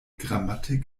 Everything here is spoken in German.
grammatik